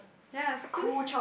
ya to me